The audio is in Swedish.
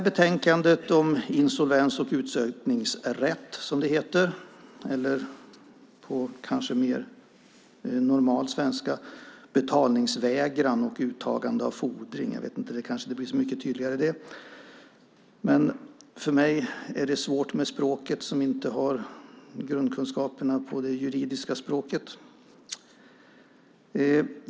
Betänkandet behandlar insolvens och utsökningsrätt, som det heter, eller på mer normal svenska betalningsvägran och uttagande av fordring. Det kanske inte blir så mycket tydligare. För mig är det svårt som inte har grundkunskaperna i det juridiska språket.